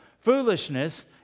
Foolishness